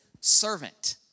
servant